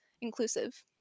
inclusive